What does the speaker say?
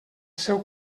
seu